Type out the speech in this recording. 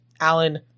Alan